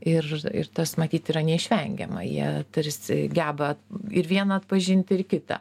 ir ir tas matyt yra neišvengiama jie tarsi geba ir viena atpažinti ir kita